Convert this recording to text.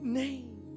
name